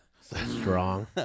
Strong